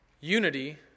unity